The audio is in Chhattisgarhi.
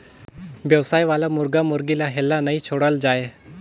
बेवसाय वाला मुरगा मुरगी ल हेल्ला नइ छोड़ल जाए